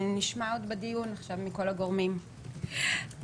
נשמע גם מכל הגורמים בדיון.